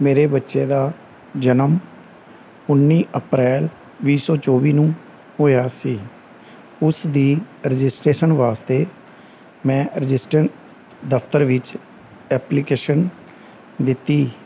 ਮੇਰੇ ਬੱਚੇ ਦਾ ਜਨਮ ਉੱਨੀ ਅਪ੍ਰੈਲ ਵੀਹ ਸੌ ਚੌਵੀ ਨੂੰ ਹੋਇਆ ਸੀ ਉਸ ਦੀ ਰਜਿਸਟਰੇਸ਼ਨ ਵਾਸਤੇ ਮੈਂ ਰਜਿਸਟਨ ਦਫਤਰ ਵਿੱਚ ਐਪਲੀਕੇਸ਼ਨ ਦਿੱਤੀ